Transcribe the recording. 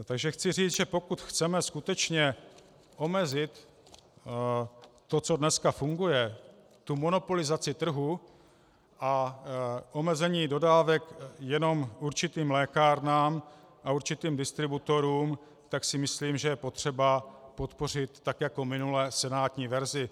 Takže chci říct, že pokud chceme skutečně omezit to, co dneska funguje, tu monopolizaci trhu a omezení dodávek jenom určitým lékárnám a určitým distributorům, tak si myslím, že je potřeba podpořit tak jako minule senátní verzi.